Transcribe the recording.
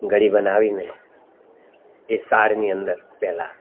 ગડી બનાવીને એ સારની અંદર પહેલા